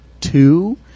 two